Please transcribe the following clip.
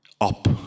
up